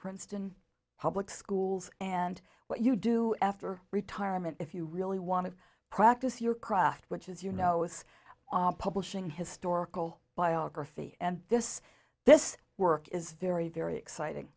princeton public schools and what you do after retirement if you really want to practice your craft which is you know it's on publishing historical biography and this this work is very very exciting